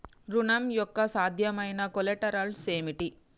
ఋణం యొక్క సాధ్యమైన కొలేటరల్స్ ఏమిటి?